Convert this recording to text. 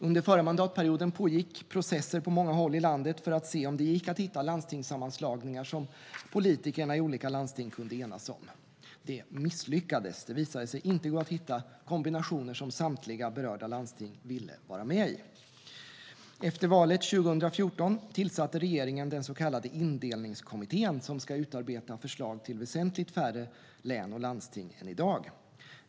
Under förra mandatperioden pågick processer på många håll i landet för att se om det gick att hitta landstingssammanslagningar som politikerna i olika landsting kunde enas om. Det misslyckades. Det visade sig inte gå att hitta kombinationer som samtliga berörda landsting ville vara med i. Efter valet 2014 tillsatte regeringen den så kallade Indelningskommittén, som ska utarbeta förslag till väsentligt färre län och landsting än i dag.